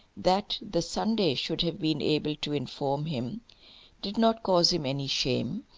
that the sunday should have been able to inform him did not cause him any shame,